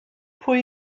pwy